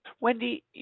Wendy